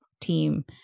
team